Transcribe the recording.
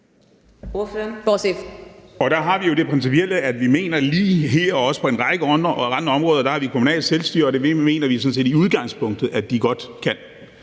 Der har vi jo det principielle synspunkt, at vi lige her og også på en række andre områder mener, at vi har kommunalt selvstyre, og det mener vi sådan set i udgangspunktet de godt kan.